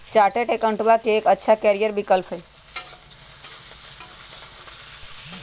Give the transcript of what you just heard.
chartered अकाउंटेंटवा के एक अच्छा करियर विकल्प हई